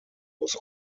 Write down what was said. was